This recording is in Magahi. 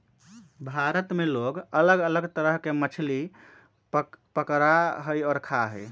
भारत में लोग अलग अलग तरह के मछली पकडड़ा हई और खा हई